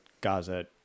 Gaza